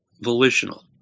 volitional